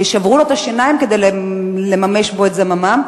שברו לו את השיניים כדי לממש בו את זממם,